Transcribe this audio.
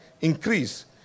increase